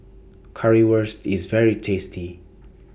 Currywurst IS very tasty